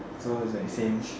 so is like same